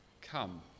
come